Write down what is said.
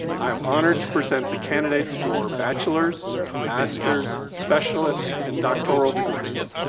i am honored to present the candidates for bachelor's, master's, specialists, and doctoral degrees.